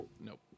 Nope